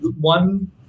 one